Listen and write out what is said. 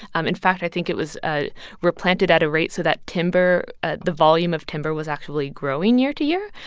um in fact, i think it was ah replanted at a rate so that timber ah the volume of timber was actually growing year to year.